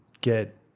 get